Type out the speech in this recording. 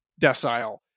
decile